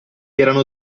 erano